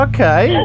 Okay